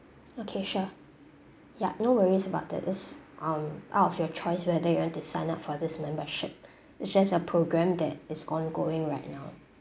okay sure yup no worries about that it's on out of your choice whether you want to sign up for this membership it's just a program that is ongoing right now